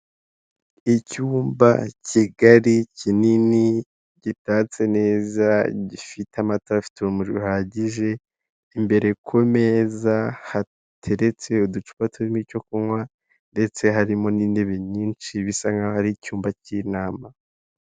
Icyumba kigari kinini gitatse neza, gifite amatara afite urumuri ruhagije, imbere ku meza hateretse uducupa turimo icyo kunywa ndetse harimo n'intibe nyinshi, bisa nkaho ari cyumba cy'inama.